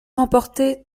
remporté